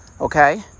okay